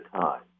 time